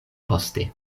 poste